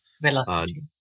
velocity